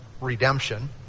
redemption